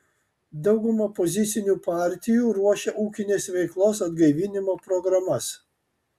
dauguma opozicinių partijų ruošia ūkinės veiklos atgaivinimo programas